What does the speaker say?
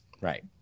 Right